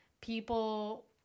people